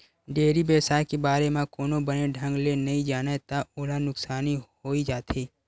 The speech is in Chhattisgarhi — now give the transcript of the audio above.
डेयरी बेवसाय के बारे म कोनो बने ढंग ले नइ जानय त ओला नुकसानी होइ जाथे